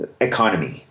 economy